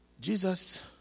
Jesus